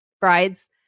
brides